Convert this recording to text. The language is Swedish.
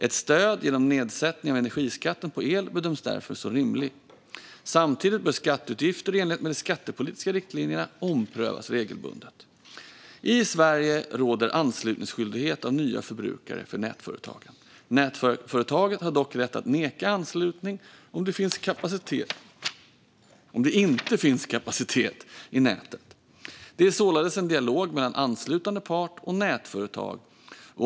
Ett stöd genom en nedsättning av energiskatten på el bedöms därför som rimligt. Samtidigt bör skatteutgifter, i enlighet med de skattepolitiska riktlinjerna, omprövas regelbundet. I Sverige råder anslutningsskyldighet av nya förbrukare för nätföretagen. Nätföretagen har dock rätt att neka anslutning om det inte finns kapacitet i nätet. Det är således en dialog mellan anslutande part och nätföretag.